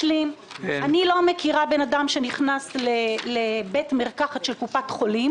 אני לא מכירה בן אדם שנכנס לבית מרקחת של קופת חולים